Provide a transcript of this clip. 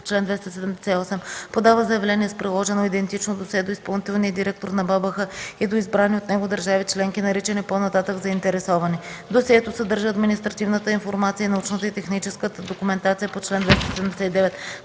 чл. 278 подава заявление с приложено идентично досие до изпълнителния директор на БАБХ и до избрани от него държави членки (наричани по-нататък заинтересовани). Досието съдържа административната информация и научната и техническа документация по чл. 279,